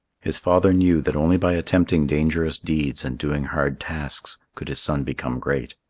his father knew that only by attempting dangerous deeds and doing hard tasks could his son become great.